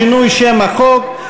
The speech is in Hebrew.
שינוי שם החוק),